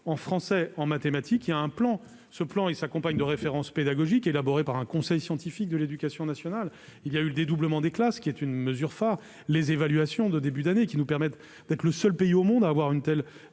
En français et en mathématiques, il y a un plan qui s'accompagne de références pédagogiques élaborées par un conseil scientifique de l'éducation nationale. Il y a aussi le dédoublement des classes, qui est une mesure phare, les évaluations de début d'année, qui nous permettent d'être le seul pays au monde à avoir une